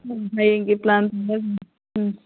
ꯎꯝ ꯍꯌꯦꯡꯒꯤ ꯄ꯭ꯂꯥꯟ ꯎꯝ